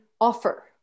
offer